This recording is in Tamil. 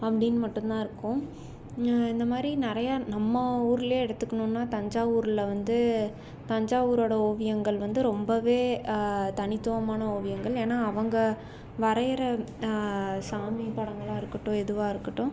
அப்படின்னு மட்டும் தான் இருக்கும் இந்த மாதிரி நிறையா நம்ம ஊரில் எடுத்துக்கணுன்னா தஞ்சாவூரில் வந்து தஞ்சாவூரோடய ஓவியங்கள் வந்து ரொம்பவே தனித்துவமான ஓவியங்கள் ஏன்னால் அவங்க வரையற சாமி படங்களாக இருக்கட்டும் எதுவாக இருக்கட்டும்